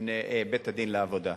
בפני בית-הדין לעבודה.